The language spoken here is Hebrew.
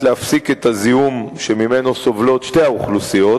להפסיק את הזיהום שממנו סובלות שתי האוכלוסיות,